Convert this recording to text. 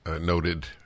noted